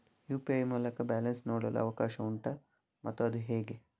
UPI ಮೂಲಕ balance ನೋಡಲು ಅವಕಾಶ ಉಂಟಾ ಮತ್ತು ಅದು ಹೇಗೆ?